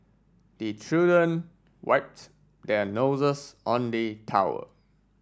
the children wipe their noses on the towel